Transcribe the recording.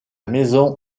maison